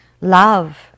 love